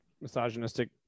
misogynistic